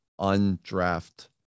undraft